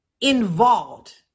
involved